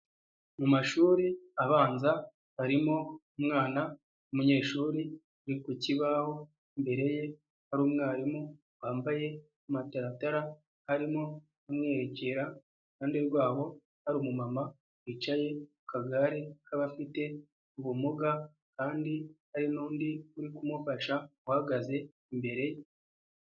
Mu mashuri abanza harimo umwana w'umuyeshuri uri ku kibaho, imbere ye hari umwarimu wambaye amataratara arimo amwerekera, iruhande rwabo hari umumama wicaye ku kagare k'abafite ubumuga kandi hari n'undi uri kumufasha uhagaze imbere.